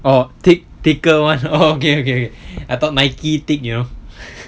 oh thick thicker [one] okay okay I thought nike tick you know